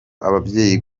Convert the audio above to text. ababyeyi